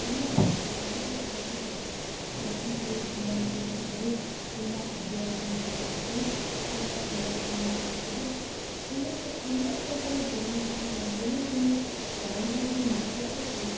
ଆମ ଗ୍ରାମର ଯୁବକମାନେ ଯଥା କି ସମ୍ବଲପୁରୀ ହେଉ କିମ୍ବା ଆଦିବାସୀ ନୃତ୍ୟ ହେଉ କିମ୍ବା କୌଣସି ବି ନୃତ୍ୟ ହଉ ଏମିତି ଅନେକ ପ୍ରକାର ଜିମି ଯେଉଁ ଯେଉଁ ପାରମ୍ପରିକ ନୃତ୍ୟ ଅଛି